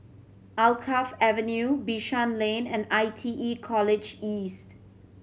Alkaff Avenue Bishan Lane and I T E College East